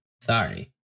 Sorry